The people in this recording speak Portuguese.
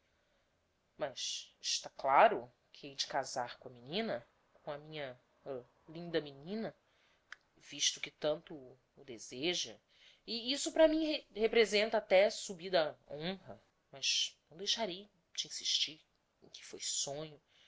es tá claro que hei de casar com a menina com a minha l linda menina visto que tanto o o deseja e isso para mim re representa até subida hon ra mas não deixarei de insistir em que foi sonho